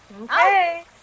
Okay